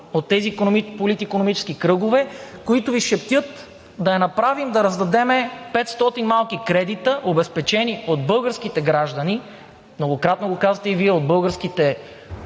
от тези политикономически кръгове, които Ви шептят да я направим, да раздадем 500 малки кредита, обезпечени от българските граждани – многократно го казвате и Вие, от българските